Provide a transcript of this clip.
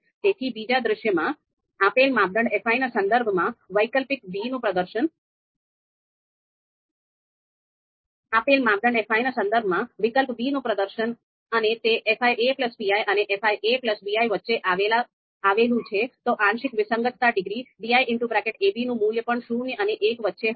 તેથી બીજા દૃશ્યમાં આપેલ માપદંડ fi ના સંદર્ભમાં વિકલ્પ b નું પ્રદર્શન અને તે fi pi અને fi vi વચ્ચે આવેલું છે તો આંશિક વિસંગતતા ડિગ્રી diab નું મૂલ્ય પણ શૂન્ય અને એક વચ્ચે હશે